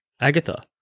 Agatha